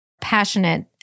passionate